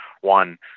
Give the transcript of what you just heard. one